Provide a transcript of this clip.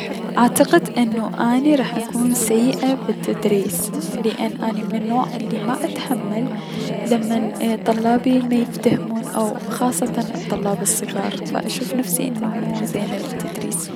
اعتقد انو اني راح اكون سيئة بالتدريس لأن اني من النوع الي ما اتحمل لمن طلابي ميفتهمون او خاصتا الطلاب الصغار فأشوف نفسي انو مو زينة بالتدريس.